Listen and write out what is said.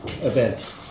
event